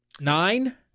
nine